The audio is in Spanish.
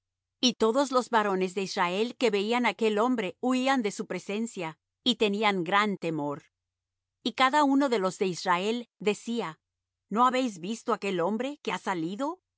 y todos los varones de israel que veían aquel hombre huían de su presencia y tenían gran temor y cada uno de los de israel decía no habéis visto aquel hombre que ha salido él